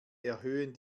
erhöhen